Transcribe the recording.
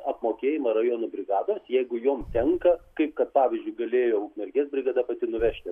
apmokėjimą rajonų brigados jeigu joms tenka kaip kad pavyzdžiui gulėjo ukmergės brigada pati nuvežti